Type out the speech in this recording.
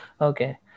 Okay